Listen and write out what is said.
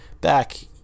Back